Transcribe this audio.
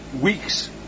Weeks